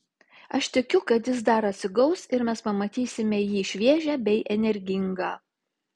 aš tikiu kad jis dar atsigaus ir mes pamatysime jį šviežią bei energingą